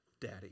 Daddy